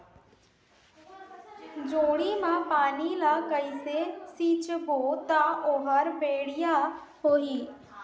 जोणी मा पानी ला कइसे सिंचबो ता ओहार बेडिया होही?